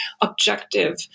objective